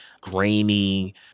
grainy